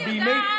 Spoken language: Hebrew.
אבל בימי,